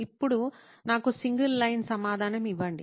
ఇప్పుడు నాకు single line సమాధానం ఇవ్వండి